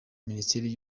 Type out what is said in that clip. minisiteri